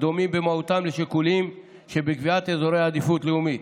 הדומים במהותם לשיקולים שבקביעת אזור עדיפות לאומית.